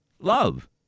love